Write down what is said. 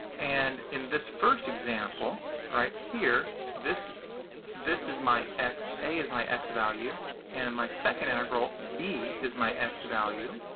and in this first example right here, this this is my x. a is my x value and my second integral, is my x value.